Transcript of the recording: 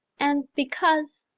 and because.